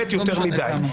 ב', יותר מדיי.